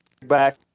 back